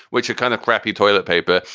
which are kind of crappy toilet paper.